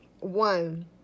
One